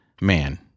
man